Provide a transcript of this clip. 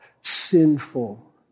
sinful